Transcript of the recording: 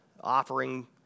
offering